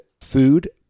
food